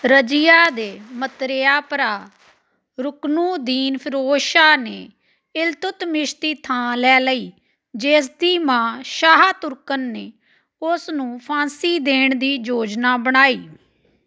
ਰਜ਼ੀਆ ਦੇ ਮਤਰੇਇਆ ਭਰਾ ਰੁਕਨੁਦੀਨ ਫਿਰੋਜ਼ ਸ਼ਾਹ ਨੇ ਇਲਤੁਤਮਿਸ਼ ਦੀ ਥਾਂ ਲੈ ਲਈ ਜਿਸ ਦੀ ਮਾਂ ਸ਼ਾਹ ਤੁਰਕਨ ਨੇ ਉਸ ਨੂੰ ਫਾਂਸੀ ਦੇਣ ਦੀ ਯੋਜਨਾ ਬਣਾਈ